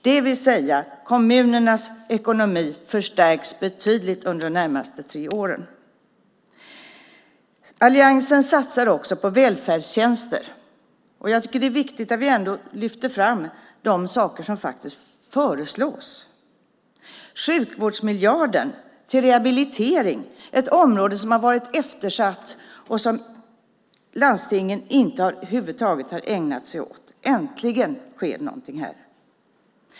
Det betyder att kommunernas ekonomi förstärks betydligt under de närmaste tre åren. Alliansens satsar också på välfärdstjänster. Jag tycker att det är viktigt att vi lyfter fram vad som föreslås. Sjukvårdsmiljarden till rehabilitering går till ett område som har varit eftersatt och som landstingen inte över huvud taget har ägnat sig åt. Äntligen sker någonting här.